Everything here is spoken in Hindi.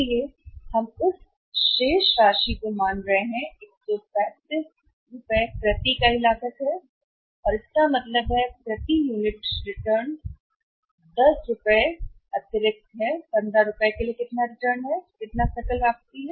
इसलिए हम उस शेष राशि को मान रहे हैं कि 135 प्रति इकाई लागत है और यह 135 है इसलिए इसका मतलब है प्रति यूनिट प्रति रिटर्न अतिरिक्त 10 प्रति यूनिट है यूनिट 15 रुपये के लिए कितना रिटर्न है और कितना सकल है वापसी